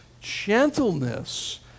gentleness